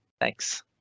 thanks